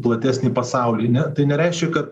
platesnį pasaulį ne tai nereiškia kad